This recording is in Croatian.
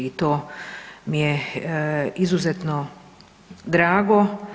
I to mi je izuzetno drago.